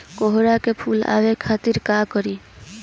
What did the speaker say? कोहड़ा में फुल आवे खातिर का करी?